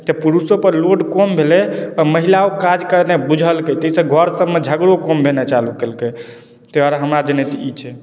तऽ पुरुषोपर लोड कम भेलै आ महिलाओ काज कयनाइ बुझलकै ताहिसँ घरसभमे झगड़ो कम भेनाइ चालू केलकै ताहि दुआरे हमरा जनैत ई छै